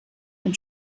ein